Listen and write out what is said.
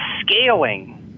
scaling